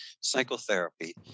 psychotherapy